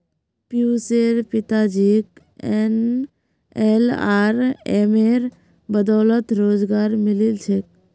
पियुशेर पिताजीक एनएलआरएमेर बदौलत रोजगार मिलील छेक